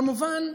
כמובן,